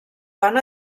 van